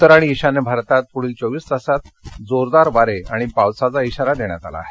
उत्तर आणि ईशान्य भारतात पुढील चोवीस तासात जोरदार वारे आणि पावसाचा इशारा देण्यात आला आहे